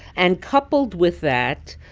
and coupled with that,